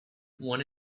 one